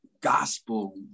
gospel